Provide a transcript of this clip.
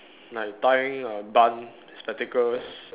like tying a bun spectacles